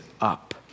up